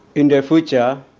in the future,